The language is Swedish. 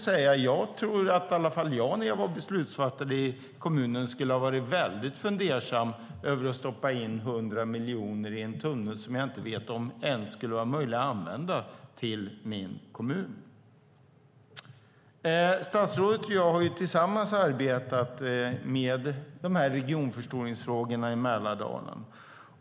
Om jag hade varit beslutsfattare i kommunen skulle jag ha varit väldigt fundersam över att stoppa in 100 miljoner i en tunnel som jag inte visste om kommunen ens skulle kunna använda. Statsrådet och jag har tillsammans arbetat med regionförstoringsfrågorna i Mälardalen.